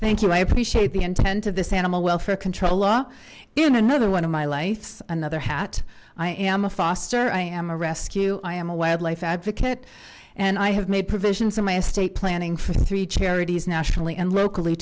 thank you i appreciate the intent of this animal welfare control law in another one of my life another hat i am a foster i am a rescue i am a wildlife advocate and i have made provisions in my state planning for three charities nationally and locally